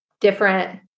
different